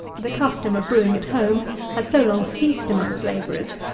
the custom of brewing at home has so long ceased amongst labourers,